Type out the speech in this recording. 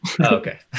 okay